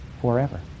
forever